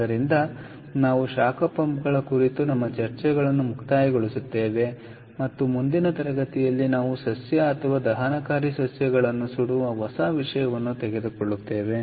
ಆದ್ದರಿಂದ ನಾವು ಶಾಖ ಪಂಪ್ಗಳ ಕುರಿತು ನಮ್ಮ ಚರ್ಚೆಗಳನ್ನು ಮುಕ್ತಾಯಗೊಳಿಸುತ್ತೇವೆ ಮತ್ತು ಮುಂದಿನ ತರಗತಿಯಲ್ಲಿ ನಾವು ಸಸ್ಯ ಅಥವಾ ದಹನಕಾರಿ ಸಸ್ಯಗಳನ್ನು ಸುಡುವ ಹೊಸ ವಿಷಯವನ್ನು ತೆಗೆದುಕೊಳ್ಳುತ್ತೇವೆ